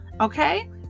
Okay